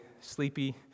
sleepy